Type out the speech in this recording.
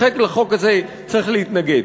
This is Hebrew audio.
לכן, לחוק הזה צריך להתנגד.